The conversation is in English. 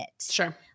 Sure